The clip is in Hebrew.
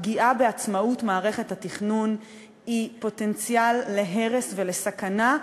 הפגיעה בעצמאות מערכת התכנון היא פוטנציאל להרס ולסכנה,